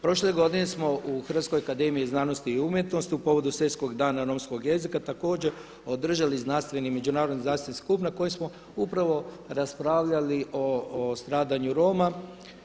Prošle godine smo u Hrvatskoj akademiji znanosti i umjetnosti u povodu Svjetskog dana romskog jezika također održali znanstveni i međunarodni znanstveni skup na kojem smo upravo raspravljali o stradanju Roma.